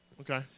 Okay